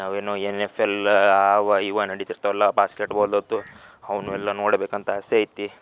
ಅವೇನೋ N F ಎಲ್ಲ ಅವು ಇವು ನಡೀತಿರ್ತಾವಲ್ಲ ಆ ಬಾಸ್ಕೆಟ್ಬಾಲ್ ಅದು ಅವನ್ನೂ ಎಲ್ಲ ನೋಡಬೇಕಂತ ಆಸೆ ಐತಿ